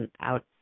out